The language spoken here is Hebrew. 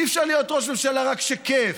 אי-אפשר להיות ראש ממשלה רק כשכיף.